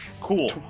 Cool